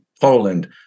Poland